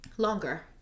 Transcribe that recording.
Longer